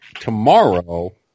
tomorrow